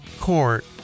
Court